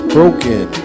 Broken